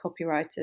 copywriters